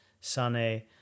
Sane